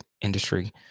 industry